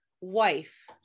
wife